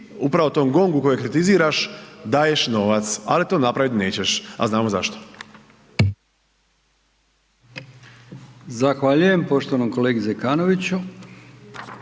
upravo tom GONGU kojeg kritiziraš daješ novac. Ali to napraviti nećeš a znamo zašto. **Brkić, Milijan (HDZ)** Zahvaljujem poštovanom kolegi Zekanoviću.